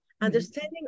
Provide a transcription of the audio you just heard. Understanding